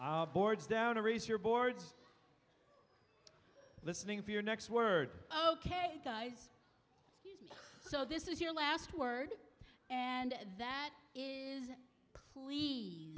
think boards down to raise your boards listening for your next word oh ok guys so this is your last word and that is please